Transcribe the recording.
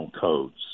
codes